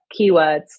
keywords